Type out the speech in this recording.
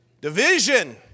Division